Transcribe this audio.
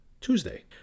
Tuesday